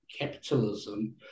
capitalism